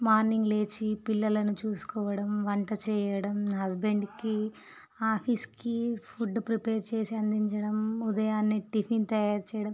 morning లేచి పిల్లలను చూసుకోవడం వంట చేయడం హస్బెండ్కి ఆఫీస్కి ఫుడ్ ప్రిపేర్ చేసి అందించడం ఉదయాన టిఫిన్ తయారు చేయడం